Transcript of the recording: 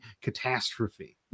catastrophe